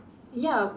ya